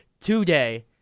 today